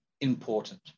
important